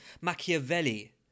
Machiavelli